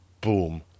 Boom